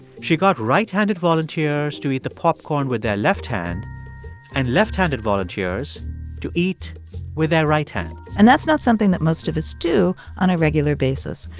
she got right-handed volunteers to eat the popcorn with their left hand and left-handed volunteers to eat with their right hand and that's not something that most of us do on a regular basis.